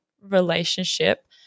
relationship